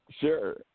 Sure